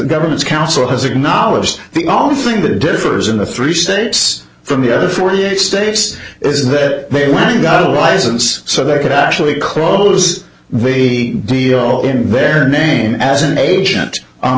government's counsel has acknowledged they don't think that differs in the three states from the other forty eight states is that they want to got a license so there could actually close the deal in their name as an agent on